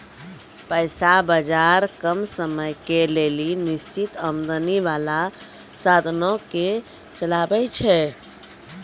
पैसा बजार कम समयो के लेली निश्चित आमदनी बाला साधनो के चलाबै छै